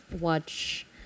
watch